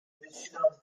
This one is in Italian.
decidono